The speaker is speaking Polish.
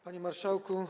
Panie Marszałku!